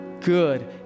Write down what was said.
good